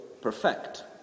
perfect